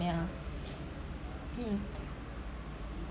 yeah mm